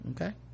okay